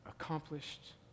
accomplished